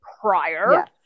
prior